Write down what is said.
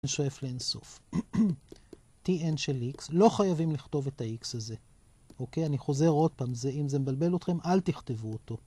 שואף לאינסוף. tn של x, לא חייבים לכתוב את הx הזה, אוקיי, אני חוזר עוד פעם, אם זה מבלבל אותכם אל תכתבו אותו.